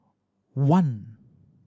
one